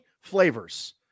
flavors